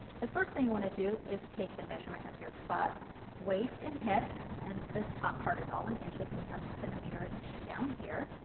the first thing you want to do is take the measurements of your bust, waist and hip and this top part is all in inches we have centimeters down here.